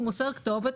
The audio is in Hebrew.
הוא מוסר כתובת,